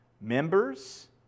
members